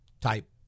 type